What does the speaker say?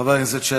חברי חברי הכנסת,